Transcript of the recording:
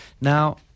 now